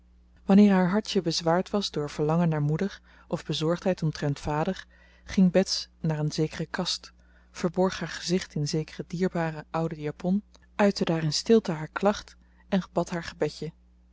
wanneer haar hartje bezwaard was door verlangen naar moeder of bezorgdheid omtrent vader ging bets naar een zekere kast verborg haar gezicht in zekere dierbare oude japon uitte daar in stilte haar klacht en bad haar gebedje